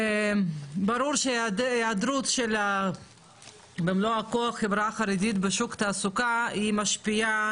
ברור שהיעדרות של החברה החרדית בשוק התעסוקה משפיעה